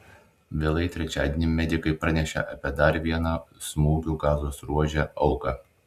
vėlai trečiadienį medikai pranešė apie dar vieną smūgių gazos ruože auką